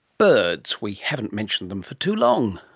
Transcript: birds. we haven't mentioned them for too long.